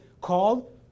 called